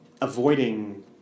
avoiding